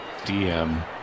DM